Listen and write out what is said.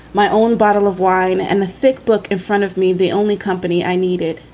my own bottle of wine and a thick book in front of me. the only company i needed